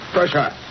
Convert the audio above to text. Pressure